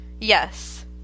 yes